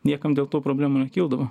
niekam dėl to problemų nekildavo